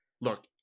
Look